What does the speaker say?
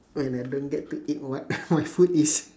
when I don't get to eat what my food is